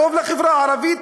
טוב לחברה הערבית,